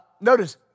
Notice